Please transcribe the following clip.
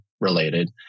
related